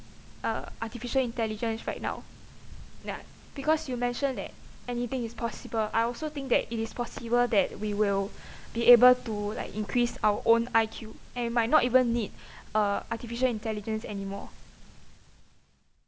uh artificial intelligence right now ya because you mentioned that anything is possible I also think that it is possible that we will be able to like increase our own I_Q and we might not even need uh artificial intelligence anymore